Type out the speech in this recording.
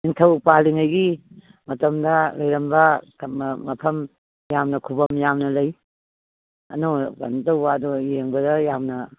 ꯅꯤꯡꯊꯧ ꯄꯥꯜꯂꯤꯉꯩꯒꯤ ꯃꯇꯝꯗ ꯂꯩꯔꯝꯕ ꯃꯐꯝ ꯌꯥꯝꯅ ꯈꯨꯕꯝ ꯌꯥꯝꯅ ꯂꯩ ꯀꯩꯅꯣ ꯇꯧꯕ ꯑꯗꯨ ꯌꯦꯡꯕꯗ ꯌꯥꯝꯅ